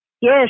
Yes